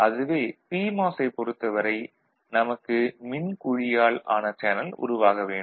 அதுவே பிமாஸ் ஐ பொறுத்தவரை நமக்கு மின்குழியால் ஆன சேனல் உருவாக வேண்டும்